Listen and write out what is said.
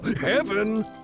Heaven